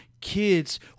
kids